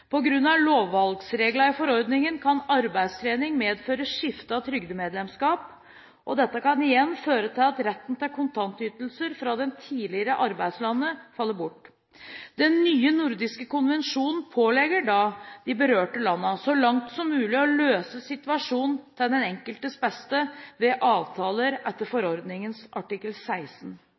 i forordningen kan arbeidstrening medføre skifte av trygdemedlemskap, og dette kan igjen føre til at retten til kontantytelser fra det tidligere arbeidslandet faller bort. Den nye nordiske konvensjonen pålegger da de berørte landene, så langt som mulig, å løse situasjonen til den enkeltes beste ved avtaler etter forordningens artikkel 16.